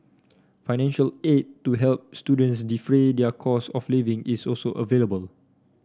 financial aid to help students defray their cost of living is also available